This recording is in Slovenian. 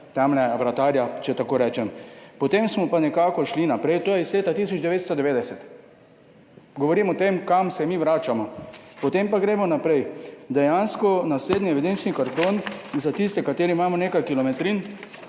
tam, vratarja, če tako rečem, potem smo pa nekako šli naprej. To je iz leta 1990. Govorim o tem, kam se mi vračamo. Potem pa gremo naprej. Dejansko naslednji evidenčni karton za tiste, kateri imamo nekaj kilometrin